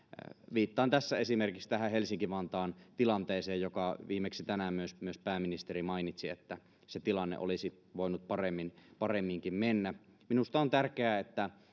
viittaan tässä esimerkiksi tähän helsinki vantaan tilanteeseen josta viimeksi tänään myös myös pääministeri mainitsi että se tilanne olisi voinut paremminkin mennä minusta on tärkeää että